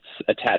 attached